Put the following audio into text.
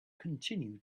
continue